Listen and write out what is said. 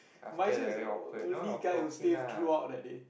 but he say the only guy who stay throughout that day